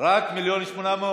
רק 1.8 מיליון?